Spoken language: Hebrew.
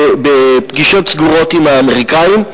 בפגישות סגורות עם האמריקנים,